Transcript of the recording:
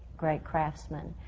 great craftsman,